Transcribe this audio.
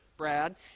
Brad